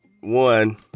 one